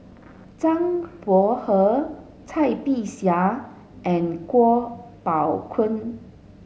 Zhang Bohe Cai Bixia and Kuo Pao Kun